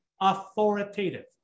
authoritative